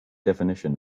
definition